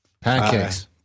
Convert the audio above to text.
Pancakes